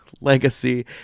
Legacy